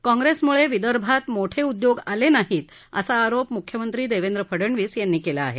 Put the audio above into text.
काँग्रेसमुळे विदर्भात मोठे उद्योग आले नाहीत असा आरोप मुख्यमंत्री देवेंद्र फडनवीस यांनी केला आहे